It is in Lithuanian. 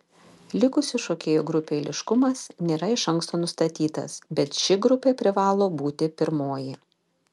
likusių šokėjų grupių eiliškumas nėra iš anksto nustatytas bet ši grupė privalo būti pirmoji